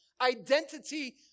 identity